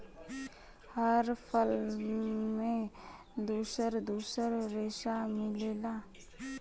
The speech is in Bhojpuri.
हर फल में दुसर दुसर रेसा मिलेला